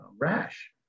rash